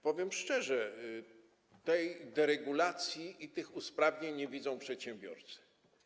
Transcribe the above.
Powiem szczerze: Tej deregulacji i tych usprawnień nie widzą przedsiębiorcy.